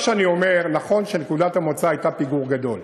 מה שאני אומר: נכון שנקודת המוצא הייתה פיגור גדול,